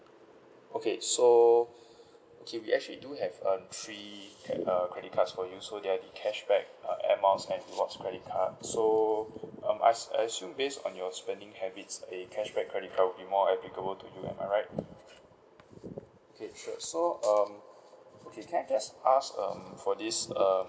okay so okay we actually do have um three ca~ uh credit cards for you so there're the cashback uh air miles and rewards credit card so um I I assume based on your spending habits a cashback credit card will be more applicable to you am I right okay sure so um okay can I just ask um for this um